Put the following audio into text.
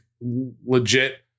legit